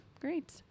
great